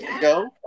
go